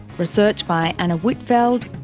research by anna whitfeld,